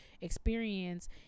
experience